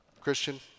Christian